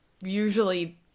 usually